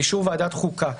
באישור ועדת חוקה.